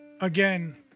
again